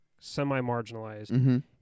semi-marginalized